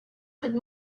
could